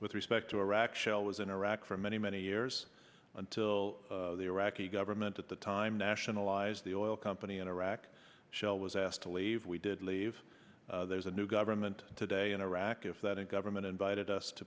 with respect to iraq shell was in iraq for many many years until the iraqi government at the time nationalize the oil company in iraq shell was asked to leave we did leave there's a new government today in iraq if that and government invited us to